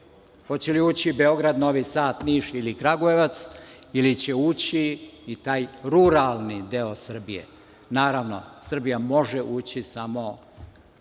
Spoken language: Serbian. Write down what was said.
hoće li ući Beograd, Novi Sad, Niš ili Kragujevac ili će ući i taj ruralni deo Srbije? Naravno, Srbija može ući samo